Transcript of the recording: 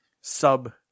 sub